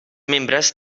membres